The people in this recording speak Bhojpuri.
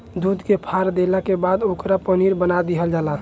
दूध के फार देला के बाद ओकरे पनीर बना दीहल जला